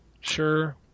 Sure